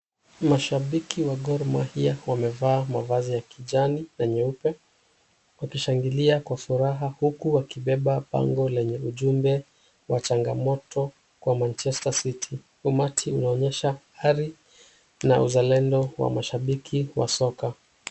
Mashabiki wa Gormahia wamevaa mavazi ya kijani, na nyeupe. Wakishangilia kwa furaha, huku wakibeba bango lenye ujumbe wa changamoto kwa Manchester City. Umati unaonyesha hali na uzalendo wa mashabiki wa soka.